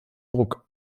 druck